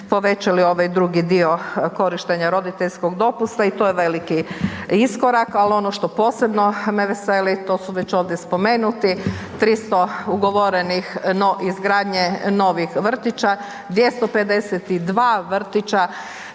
povećali ovaj drugi dio korištenja roditeljskog dopusta i to je veliki iskorak, ali ono što posebno me veseli to su već ovdje spomenuti 300 ugovorenih, izgradnje novih vrtića, 252 vrtića